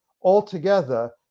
Altogether